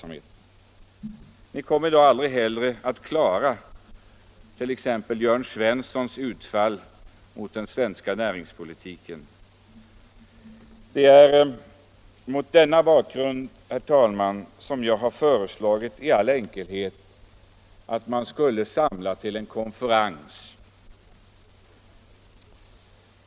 Då kommer ni heller aldrig att klara av t.ex. Jörn Svenssons utfall mot den svenska näringspolitiken! Det är mot den bakgrunden som jag i all enkelhet har föreslagit att man skulle samlas till en konferens.